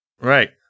Right